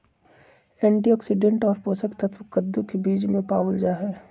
antioxidant और पोषक तत्व कद्दू के बीज में पावल जाहई